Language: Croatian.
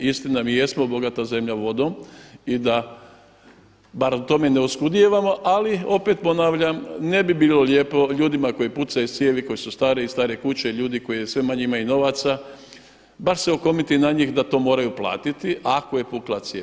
Istina, mi jesmo bogata zemlja vodom i da barem u tome ne oskudijevamo, ali opet ponavljam ne bi bilo lijepo ljudima kojima pucaju cijevi, koje su stare i stare kuće, ljudi koji sve manje imaju novaca, baš se okomiti na njih da to moraju platiti ako je pukla cijev.